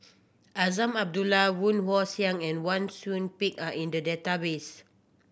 Azman Abdullah Woon Wah Siang and Wang Sui Pick are in the database